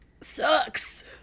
sucks